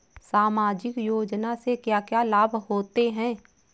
सामाजिक योजना से क्या क्या लाभ होते हैं?